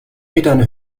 metern